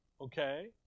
okay